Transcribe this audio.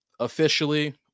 officially